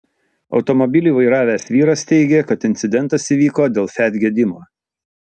automobilį vairavęs vyras teigė kad incidentas įvyko dėl fiat gedimo